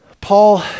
Paul